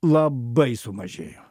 labai sumažėjo